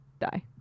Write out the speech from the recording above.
Die